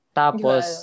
tapos